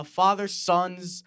father-son's